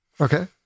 Okay